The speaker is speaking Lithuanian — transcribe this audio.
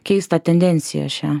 keistą tendenciją šią